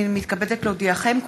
הינני מתכבדת להודיעכם,